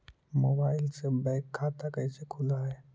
Mobile से bank खाता कैसे खुल है?